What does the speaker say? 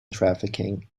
trafficking